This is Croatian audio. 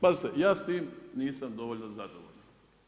Pazite, ja s time nisam dovoljno zadovoljan.